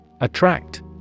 Attract